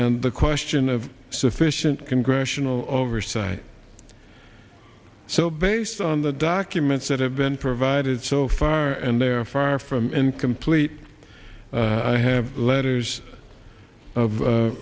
and the question of sufficient congressional oversight so based on the documents that have been provided so far and they are far from incomplete i have letters of